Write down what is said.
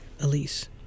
Elise